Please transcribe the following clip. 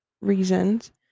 reasons